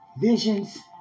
visions